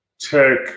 tech